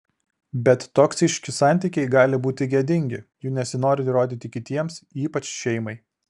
bet toksiški santykiai gali būti gėdingi jų nesinori rodyti kitiems ypač šeimai